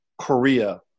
Korea